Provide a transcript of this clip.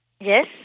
Yes